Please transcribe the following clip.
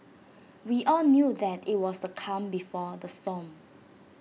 we all knew that IT was the calm before the storm